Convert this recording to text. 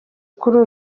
kuri